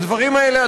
על הדברים האלה,